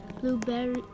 Blueberry